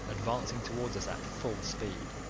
advancing towards us at full speed.